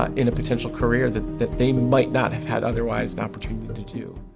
ah in a potential career that that they might not have had otherwise the opportunity to do.